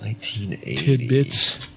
tidbits